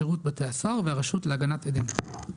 שירות בתי הסוהר והרשות להגנת עדים.